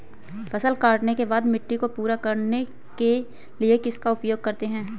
फसल काटने के बाद मिट्टी को पूरा करने के लिए किसका उपयोग करते हैं?